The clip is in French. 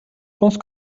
pense